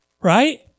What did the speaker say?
Right